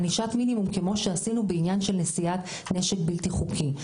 ענישת מינימום כמו שעשינו בעניין של נשיאת נשק בלתי חוקי.